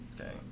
Okay